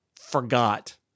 forgot